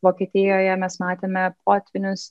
vokietijoje mes matėme potvynius